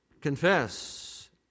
confess